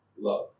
love